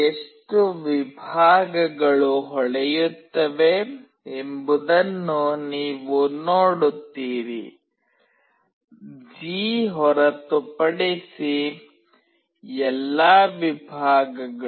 ಎಷ್ಟು ವಿಭಾಗಗಳು ಹೊಳೆಯುತ್ತವೆ ಎಂಬುದನ್ನು ನೀವು ನೋಡುತ್ತೀರಿ ಜಿ ಹೊರತುಪಡಿಸಿ ಎಲ್ಲಾ ವಿಭಾಗಗಳು